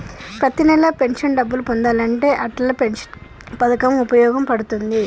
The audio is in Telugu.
ప్రతి నెలా పెన్షన్ డబ్బులు పొందాలంటే అటల్ పెన్షన్ యోజన పథకం వుపయోగ పడుతుంది